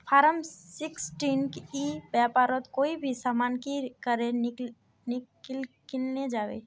Form sixteen ई व्यापारोत कोई भी सामान की करे किनले जाबे?